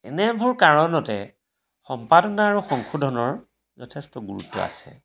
এনেবোৰ কাৰণতে সম্পাদনা আৰু সংশোধনৰ যথেষ্ট গুৰুত্ব আছে